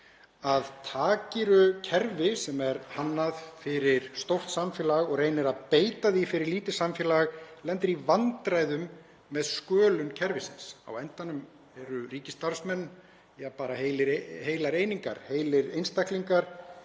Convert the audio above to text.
að takir þú kerfi sem er hannað fyrir stórt samfélag og reynir að beita því fyrir lítið samfélag lendirðu í vandræðum með skölun kerfisins. Á endanum eru ríkisstarfsmenn bara heilar einingar, heilir einstaklingar